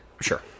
Sure